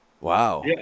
Wow